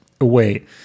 away